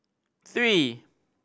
three